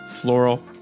floral